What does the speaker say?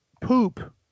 poop